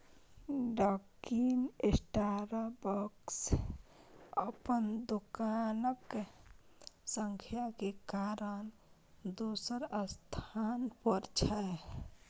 Dunkin Starbucks अपन दोकानक संख्या के कारण दोसर स्थान पर छै